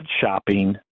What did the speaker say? shopping